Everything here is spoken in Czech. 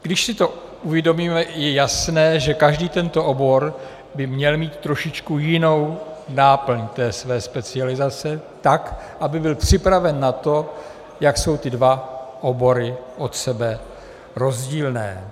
Když si to uvědomíme, je jasné, že každý tento obor by měl trošičku jinou náplň té své specializace, tak aby byl připraven na to, jak jsou ty dva obory od sebe rozdílné.